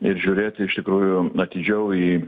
ir žiūrėti iš tikrųjų atidžiau į